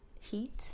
heat